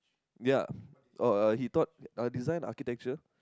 ya oh uh he taught design and architecture